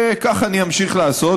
וכך אני אמשיך לעשות.